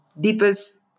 deepest